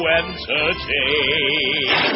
entertain